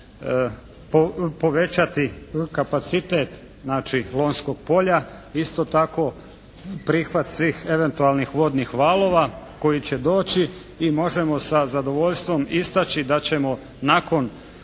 povećati kapacitet znači Lonjskog polja, isto tako prihvat svih eventualnih vodnih valova koji će doći. I možemo sa zadovoljstvom istaći da ćemo nakon